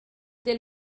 they